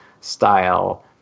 style